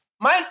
Mike